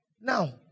Now